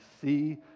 see